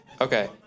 Okay